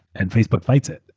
and facebook fights it.